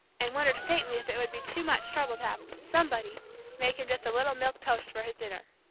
and wondered faintly if it would be too much trouble to have somebody make him just a little milk toast for his dinner.